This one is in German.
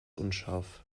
unscharf